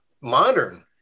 modern